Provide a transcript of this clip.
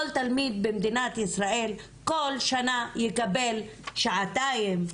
כל תלמיד במדינת ישראל כל שנה יקבל שעתיים,